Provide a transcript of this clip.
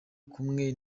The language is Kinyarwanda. kumwe